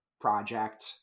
project